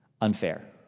unfair